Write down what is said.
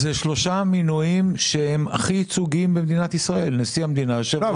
זה שלושה מינויים שהם הכי ייצוגיים במדינת ישראל: נשיא המדינה -- לא,